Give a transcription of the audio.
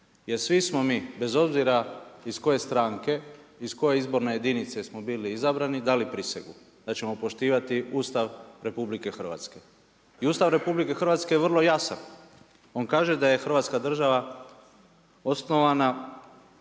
jer svi smo mi bez obzira iz koje stranke, iz koje izborne jedinice smo bili izabrani dali prisegu da ćemo poštivati Ustav RH. I Ustav RH je vrlo jasan, on kaže da je „Hrvatska država osnovana